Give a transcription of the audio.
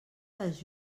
les